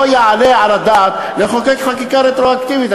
לא יעלה על הדעת לחוקק חקיקה רטרואקטיבית.